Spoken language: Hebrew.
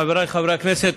חבריי חברי הכנסת,